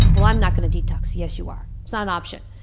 well, i'm not going to detox. yes you are. it's not an option.